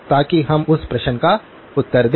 ताकि हम उस प्रश्न का उत्तर दें